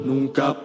Nunca